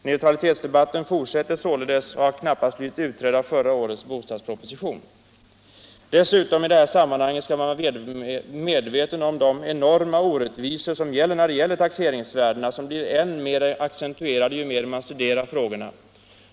Neutralitetsdebatten fortsätter således och har knappast blivit avslutad i och med förra årets bostadsproposition. Dessutom skall man i det här sammanhanget vara medveten om de enorma orättvisor som finns när det gäller fastställande av taxeringsvärdena.